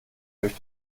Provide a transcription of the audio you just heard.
durch